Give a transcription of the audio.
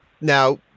Now